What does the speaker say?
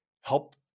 help